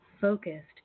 focused